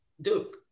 Duke